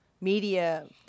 media